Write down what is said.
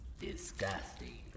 Disgusting